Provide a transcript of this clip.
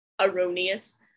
erroneous